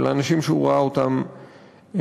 של אנשים שהוא ראה אותם נשרפים.